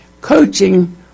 Coaching